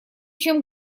чем